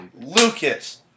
Lucas